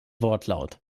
wortlaut